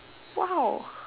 !wow!